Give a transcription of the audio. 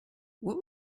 what